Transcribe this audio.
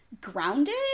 grounded